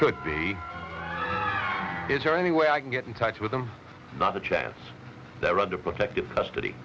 could be is there any way i can get in touch with them not a chance they're under protective custody